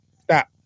stop